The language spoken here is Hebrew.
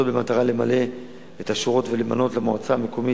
וזאת במטרה למלא את השורות ולמנות למועצה המקומית